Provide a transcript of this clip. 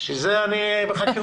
בשביל זה אני בחקירות